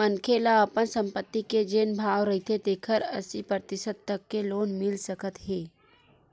मनखे ल अपन संपत्ति के जेन भाव रहिथे तेखर अस्सी परतिसत तक के लोन मिल सकत हे